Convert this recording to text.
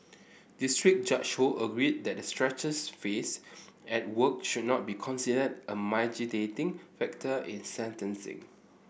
district Judge Ho agreed that the stresses faced at work should not be considered a mitigating factor in sentencing